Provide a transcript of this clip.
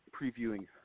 previewing